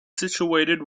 situated